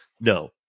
No